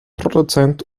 produzent